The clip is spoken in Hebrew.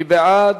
מי בעד?